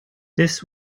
this